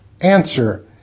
Answer